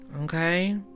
Okay